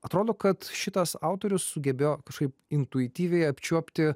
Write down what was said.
atrodo kad šitas autorius sugebėjo kažkaip intuityviai apčiuopti